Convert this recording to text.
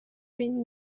been